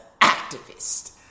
activist